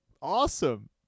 awesome